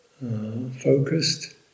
focused